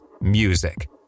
music